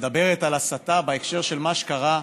ומדברת על הסתה בהקשר של מה שקרה.